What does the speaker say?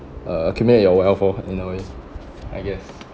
uh accumulate your wealth lor in a way I guess